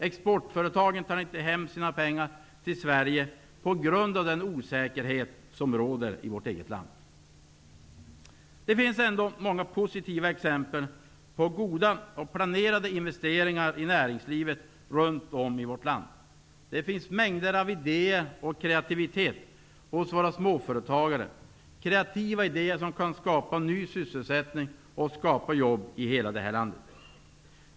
Exportföretagen tar inte hem sina pengar till Sverige på grund av den osäkerhet som råder i landet. Det finns många positiva exempel på goda och planerade investeringar i näringslivet runt om i vårt land. Det finns mängder av idéer och mycket kreativitet hos våra småföretagare. Dessa kreativa idéer kan skapa ny sysselsättning och jobb i hela landet.